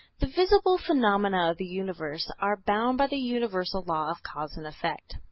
the visible phenomena of the universe are bound by the universal law of cause and effect.